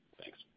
Thanks